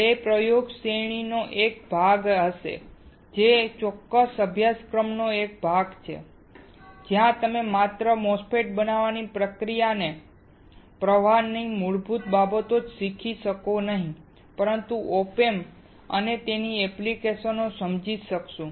તે પ્રયોગ શ્રેણી નો એક ભાગ હશે જે આ ચોક્કસ અભ્યાસક્રમનો એક ભાગ છે જ્યાં તમે માત્ર MOSFET બનાવવાની પ્રક્રિયાના પ્રવાહની મૂળભૂત બાબતો જ શીખી શકશો નહીં પણ op amps અને તેની એપ્લીકેશન ને પણ સમજી શકશો